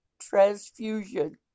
transfusion